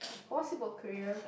possible career